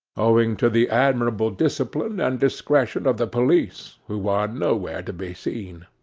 owing to the admirable discipline and discretion of the police, who are nowhere to be seen.